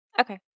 Okay